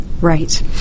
Right